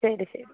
ശരി ശരി